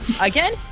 Again